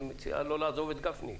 אני מציע לא לעזוב את גפני.